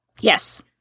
Yes